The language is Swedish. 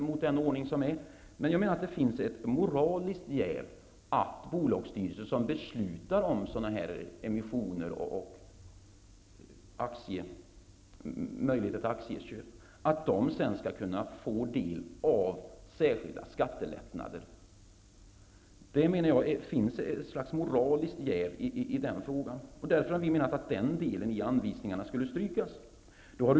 Men jag menar att det finns ett moraliskt jäv när det gäller bolagsstyrelser som beslutar om emissioner och möjligheter till aktieköp och som får del av särskilda skattelättnader. Därför menar vi att anvisningarna i den delen skall strykas.